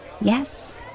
Yes